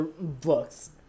books